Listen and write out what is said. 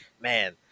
man